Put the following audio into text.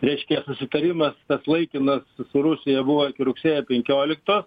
reiškia sutarimas tas laikinas su rusija buvo rugsėjo penkiolikto